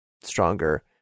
stronger